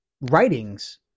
writings